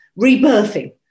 rebirthing